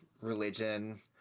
...religion